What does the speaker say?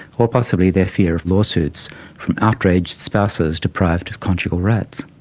or possibly their fear of lawsuits from outraged spouses deprived of conjugal rights.